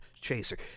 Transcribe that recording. chaser